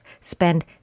spend